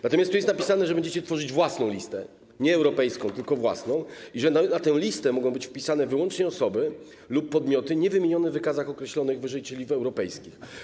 Natomiast tu jest napisane, że będziecie tworzyć własną listę - nie europejską, tylko własną - i że na tę listę mogą być wpisane wyłącznie osoby lub podmioty niewymienione w wykazach określonych wyżej, czyli w europejskich.